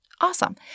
awesome